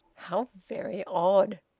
how very odd!